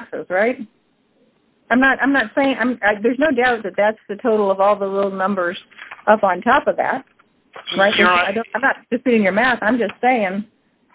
boxes right i'm not i'm not saying there's no doubt that that's the total of all those numbers up on top of that being your math i'm just saying